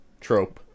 trope